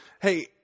hey